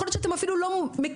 יכול להיות שאתם אפילו לא מכירים